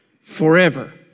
forever